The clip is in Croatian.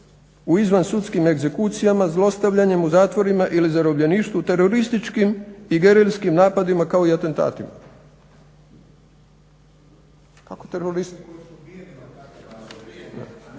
u izvan sudskim egzekucijama, zlostavljanjem u zatvorima ili zarobljeništvu, terorističkim i gerilskim napadima kao i atentatima. **Zgrebec, Dragica (SDP)** Molim vas